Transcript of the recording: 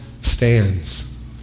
stands